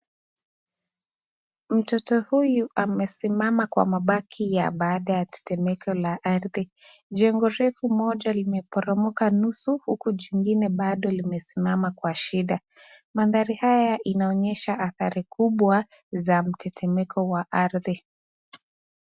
Mtoto huyu amesimama kwa mabaki ya baada ya tetemeko la ardhi, jengo refu moja limeporomoka nusu huku jingine bado limesimama kwa shida, mandhari haya inaonyesha adhari kubwa za mtetemeko wa ardhi.